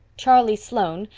charlie sloane,